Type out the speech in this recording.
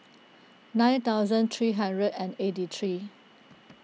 nine thousand three hundred and eighty three